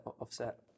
offset